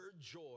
joy